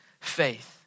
faith